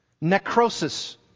Necrosis